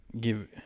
Give